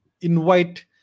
invite